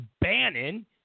Bannon